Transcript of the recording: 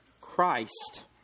Christ